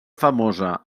famosa